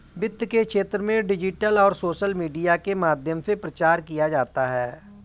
वित्त के क्षेत्र में डिजिटल और सोशल मीडिया के माध्यम से प्रचार किया जाता है